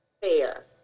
fair